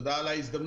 תודה על ההזדמנות.